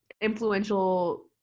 influential